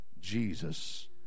Jesus